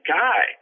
guy